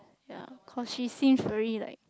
ya cause she seems very like